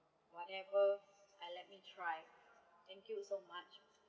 whatever ah let me try thank you so much